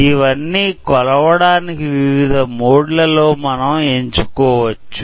ఇవన్నీ కొలవడానికి వివిధ మోడ్ లలో మనము ఎంచుకోవచ్చు